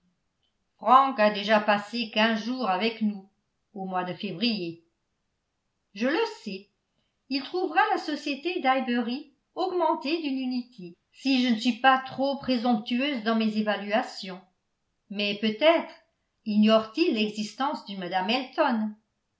a déjà passé quinze jours avec nous au mois de février je le sais il trouvera la société d'highbury augmentée d'une unité si je ne suis pas trop présomptueuse dans mes évaluations mais peut-être ignore t il l'existence d'une mme elton